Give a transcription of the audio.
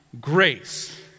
grace